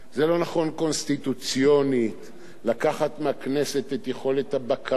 שזה לא נכון קונסטיטוציונית לקחת מהכנסת את יכולת הבקרה,